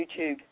YouTube